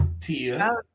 Tia